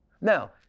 Now